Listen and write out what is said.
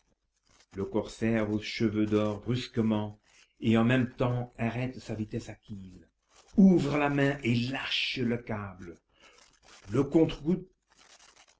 le corsaire au cheveux d'or brusquement et en même temps arrête sa vitesse acquise ouvre la main et lâche le câble le